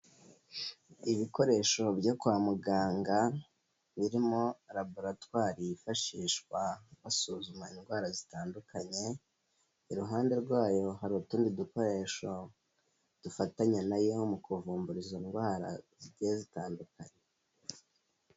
Ibikoresho byo kwa muganga, birimo raboratwari yifashishwa basuzuma indwara zitandukanye, iruhande rwayo hari utundi dukoresho dufatanya na yo mu kuvumbura izo ndwara zigiye zitandukanye.